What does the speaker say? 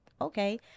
okay